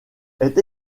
est